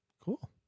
Cool